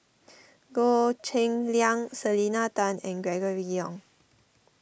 Goh Cheng Liang Selena Tan and Gregory Yong